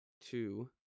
two